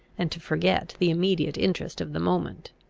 and to forget the immediate interest of the moment.